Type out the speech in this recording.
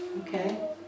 Okay